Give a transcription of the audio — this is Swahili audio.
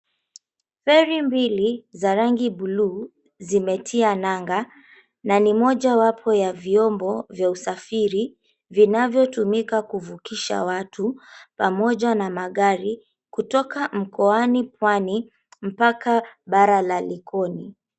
Feri mbili za rangi buluu zimetia nanga na nin moja wapo ya vyombo vya usafiri vinavyotumika kuvukisha watu pamoja na magari kutoka mkoani pwani mpaka bara la Likoni.